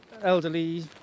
elderly